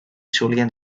solien